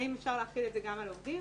האם אפשר להחיל את זה גם על עובדים,